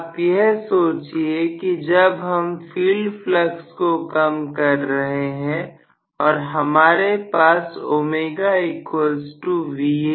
आप सोची थी जब हम फील्ड फ्लक्स को कम कर रहे हैं और हमारे पास है